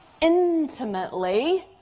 intimately